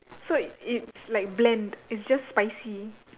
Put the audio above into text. so it's like bland it's just spicy